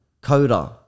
CODA